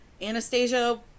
Anastasia